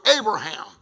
Abraham